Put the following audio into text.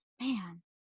man